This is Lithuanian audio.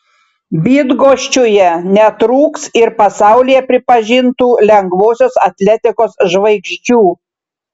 bydgoščiuje netrūks ir pasaulyje pripažintų lengvosios atletikos žvaigždžių